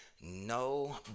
No